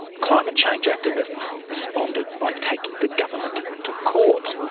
climate change activists responded by taking the government to court.